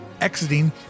exiting